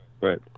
right